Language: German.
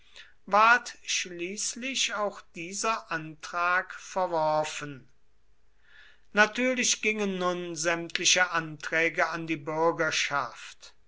ward schließlich auch dieser antrag verworfen natürlich gingen nun sämtliche anträge an die bürgerschaft